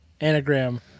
anagram